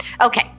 Okay